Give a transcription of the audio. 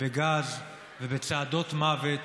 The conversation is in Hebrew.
ובגז ובצעדות מוות,